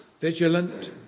vigilant